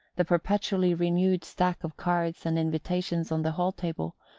the perpetually renewed stack of cards and invitations on the hall table,